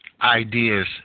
ideas